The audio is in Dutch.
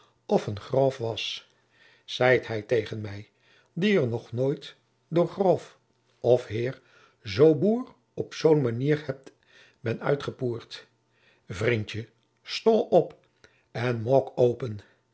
of een groâf was zeit hij tegen mij die er nog nooit door groâf of heer of boer op zoôn manier ben oetgepord vrindje stoâ op en moâk open